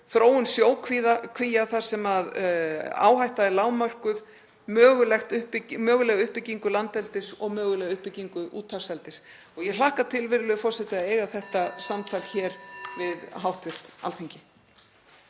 þróun sjókvía þar sem áhætta er lágmörkuð, möguleg uppbygging landeldis og möguleg uppbygging úthafseldis. Ég hlakka til, virðulegur forseti, að eiga þetta samtal hér við hv. Alþingi.